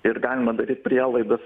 ir galima daryt prielaidas